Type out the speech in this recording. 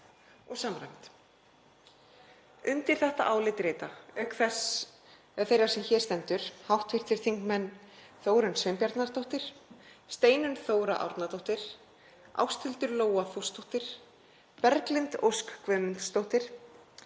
og samræmd. Undir þetta álit rita, auk þeirrar sem hér stendur, hv. þingmenn Þórunn Sveinbjarnardóttir, Steinunn Þóra Árnadóttir, Ásthildur Lóa Þórsdóttir, Berglind Ósk Guðmundsdóttir,